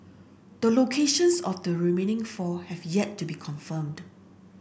the locations of the remaining four have yet to be confirmed